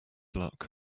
luck